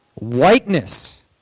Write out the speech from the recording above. whiteness